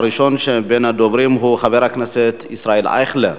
ראשון הדוברים הוא חבר הכנסת ישראל אייכלר.